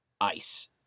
ice